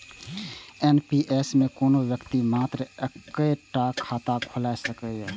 NPS मे कोनो व्यक्ति मात्र एक्के टा खाता खोलाए सकैए